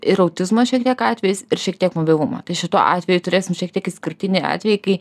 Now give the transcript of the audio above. ir autizmą šiek tiek atvejais ir šiek tiek mobilumą tai šituo atveju turėsim šiek tiek išskirtinį atvejį kai